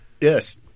Yes